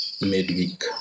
midweek